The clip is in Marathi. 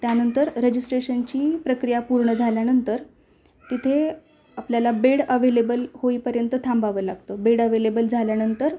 त्यानंतर रजिस्ट्रेशनची प्रक्रिया पूर्ण झाल्यानंतर तिथे आपल्याला बेड अवेलेबल होईपर्यंत थांबावं लागतं बेड अवेलेबल झाल्यानंतर